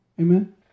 Amen